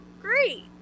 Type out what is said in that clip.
great